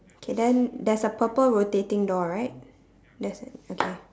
okay then there's a purple rotating door right there's okay